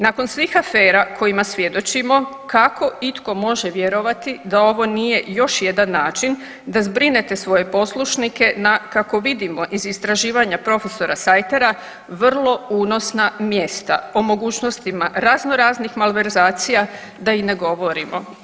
Nakon svih afera kojima svjedočimo kako itko može vjerovati da ovo nije još jedan način da zbrinete svoje poslušnike na kako vidimo iz istraživanja prof. Sajtera vrlo unosna mjesta, o mogućnostima raznoraznih malverzacija da i ne govorimo.